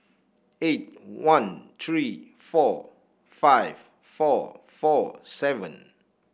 eight one three four five four four seven